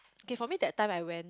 okay for me that time I went